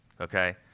Okay